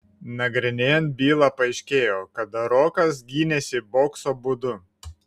nagrinėjant bylą paaiškėjo kad rokas gynėsi bokso būdu